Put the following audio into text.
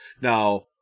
now